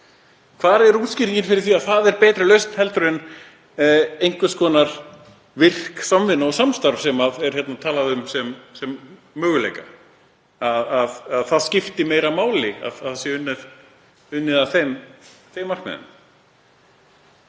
Hvar er útskýringin á því að það sé betri lausn en einhvers konar virk samvinna og samstarf sem hér er talað um sem möguleika, að það skipti meira máli að unnið sé að þeim markmiðum?